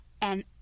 and